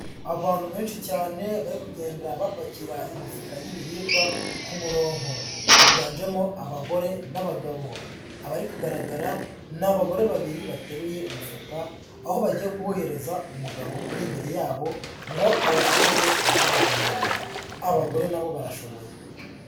Abantu benshi cyane bari kugenda bapakira imifuka y'ibiribwa ku muronko. Higanjemo abagore n'abagabo. Abari kugaragara ni abagore babiri bateruye umufuka, aho bagiye kuwuhereza umugabo uri imbere yabo ngo awupange ahabugenewe. Abagore na bo barashoboye.